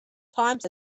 times